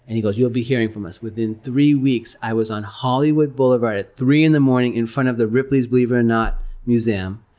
and he goes, you'll be hearing from us. within three weeks i was on hollywood boulevard at three in the morning, in front of the ripley's believe it or not museum,